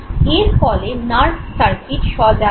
এর ফলে nerve circuit সজাগ হয়